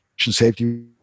safety